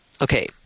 okay